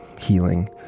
healing